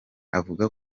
avuga